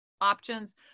options